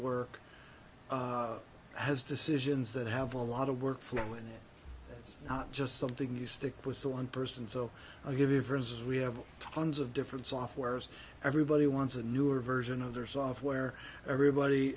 work has decisions that have a lot of work flow in it not just something you stick with the one person so i'll give you versus we have tons of different softwares everybody wants a newer version of their software everybody